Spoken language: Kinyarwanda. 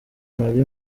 mary